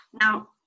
now